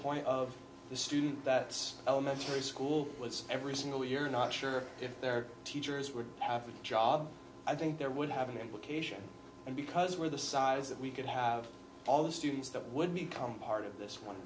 point of the student that elementary school was every single year not sure if their teachers were after a job i think there would have an implication and because where the size that we could have all the students that would become part of this one